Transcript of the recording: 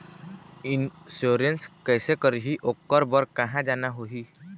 Insurance कैसे करही, ओकर बर कहा जाना होही?